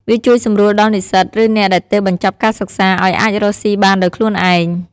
វាជួយសម្រួលដល់និស្សិត ឬអ្នកដែលទើបបញ្ចប់ការសិក្សាឱ្យអាចរកស៊ីបានដោយខ្លួនឯង។